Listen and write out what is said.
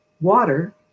water